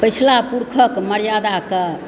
पिछला पुरखक मर्यादाके